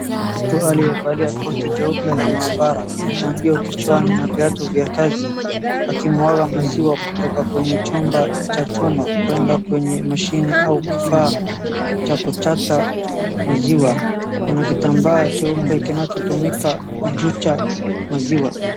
Mtu aliyevalia koti jeupe la maabara, tangio kichwani na viatu vya kazi, akimwaga maziwa kutoka kwenye chombo cha chuma kwenda kwenye mashine au kifaa cha kuchata maziwa na kitambaa cheupe kinachotumika kujicha maziwa.